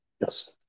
Yes